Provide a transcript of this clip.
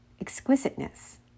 exquisiteness